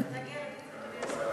אתה תגיע לדיון, אדוני השר?